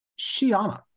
Shiana